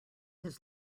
his